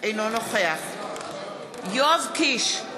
אינו נוכח יואב קיש,